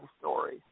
story